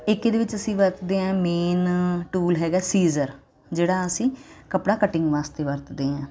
ਇੱਕ ਇਹਦੇ ਵਿੱਚ ਅਸੀਂ ਵਰਤਦੇ ਆਂ ਮੇਨ ਟੂਲ ਹੈਗਾ ਸੀਜ਼ਰ ਜਿਹੜਾ ਅਸੀਂ ਕੱਪੜਾ ਕਟਿੰਗ ਵਾਸਤੇ ਵਰਤਦੇ ਆਂ